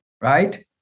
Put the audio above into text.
right